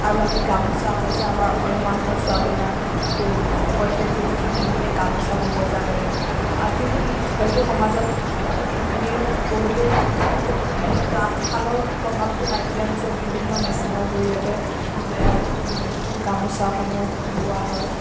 আৰু আমি গামোচা হৈছে আমাৰ অসমীয়া মানুহৰ স্বাভিমান তো প্ৰত্যেকেজনী শিপিনীয়ে গামোচা ব'ব জানে আজি হ'ল হয়তো সমাজত শিপিনীৰ বহুতো তাঁতশালৰ প্ৰভাৱটো নাইকিয়া হৈছে বিভিন্ন মেচিনৰ জৰিয়তে গামোচাসমূহ বোৱা হয়